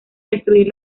destruir